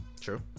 True